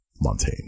Montaigne